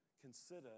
Consider